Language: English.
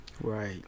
Right